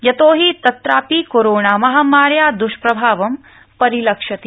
यतो हि तत्रापि कोरोना महामार्या द्ष्प्रभावं परिलक्षति